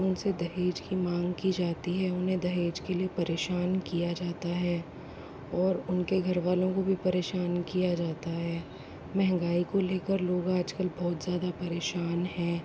उनसे दहेज की मांग की जाती है उन्हें दहेज के लिए परेशान किया जाता है और उनके घर वालों को भी परेशान किया जाता है महंगाई को लेकर लोग आजकल बोहोत ज़्यादा परेशान हैं